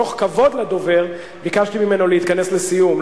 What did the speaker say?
מתוך כבוד לדובר ביקשתי ממנו להתכנס לסיום,